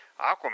Aquaman